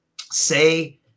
say